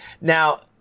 now